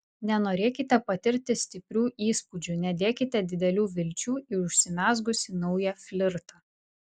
nenorėkite patirti stiprių įspūdžių nedėkite didelių vilčių į užsimezgusį naują flirtą